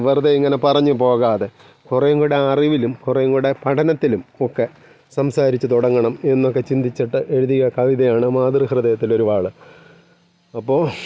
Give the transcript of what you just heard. വെറുതെ ഇങ്ങനെ പറഞ്ഞുപോകാതെ കുറേങ്കൂടെ അറിവിലും കുറേങ്കൂടെ പഠനത്തിലും ഒക്കെ സംസാരിച്ചുതുടങ്ങണം എന്നൊക്കെ ചിന്തിച്ചിട്ട് എഴുതിയ കവിതയാണ് മാതൃഹൃദയത്തിലൊരു വാള് അപ്പോള്